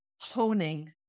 honing